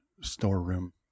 storeroom